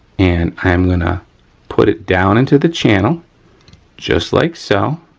and i'm gonna put it down into the channel just like so.